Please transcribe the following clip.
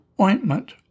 ointment